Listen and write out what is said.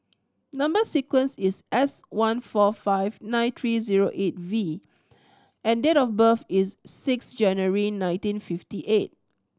number sequence is S one four five nine three zero eight V and date of birth is six January nineteen fifty eight